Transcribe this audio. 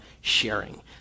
sharing